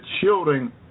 children